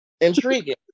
intriguing